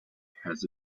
has